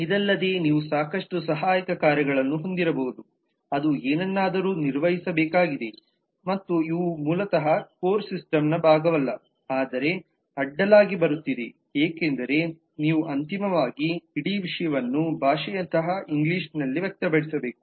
ಇದಲ್ಲದೆ ನೀವು ಸಾಕಷ್ಟು ಸಹಾಯಕ ಕಾರ್ಯಗಳನ್ನು ಹೊಂದಿರಬಹುದು ಅದು ಏನನ್ನಾದರೂ ನಿರ್ವಹಿಸಬೇಕಾಗಿದೆ ಮತ್ತು ಇವು ಮೂಲತಃ ಕೋರ್ ಸಿಸ್ಟಮ್ನ ಭಾಗವಲ್ಲಆದರೆ ಅಡ್ಡಲಾಗಿ ಬರುತ್ತಿದೆ ಏಕೆಂದರೆ ನೀವು ಅಂತಿಮವಾಗಿ ಇಡೀ ವಿಷಯವನ್ನು ಭಾಷೆಯಂತಹ ಇಂಗ್ಲಿಷ್ನಲ್ಲಿ ವ್ಯಕ್ತಪಡಿಸಬೇಕು